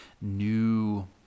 new